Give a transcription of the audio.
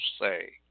say